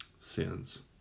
sins